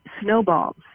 snowballs